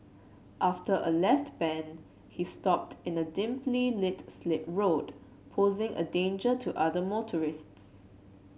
after a left bend he stopped in a dimly lit slip road posing a danger to other motorists